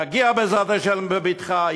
יגיע בעזרת השם בבטחה,